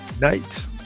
Night